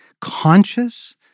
conscious